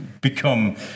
become